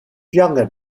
younger